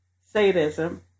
sadism